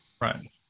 Right